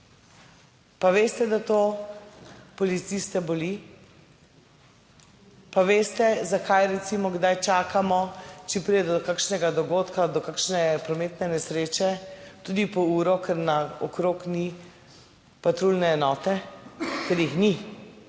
Pa veste, da to policiste boli? Pa veste, zakaj, recimo, kdaj čakamo, če pride do kakšnega dogodka, do kakšne prometne nesreče tudi po uro, ker na okrog ni patruljne enote, ker jih ni,